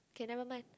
k nevermind